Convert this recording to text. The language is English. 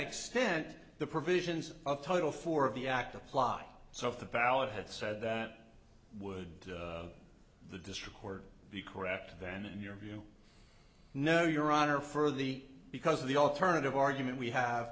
extent the provisions of total four of the act apply so if the ballot had said that would the district court be correct then in your view no your honor for the because of the alternative argument we have